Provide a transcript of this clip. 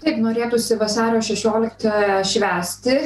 taip norėtųsi vasario šešioliktą švęsti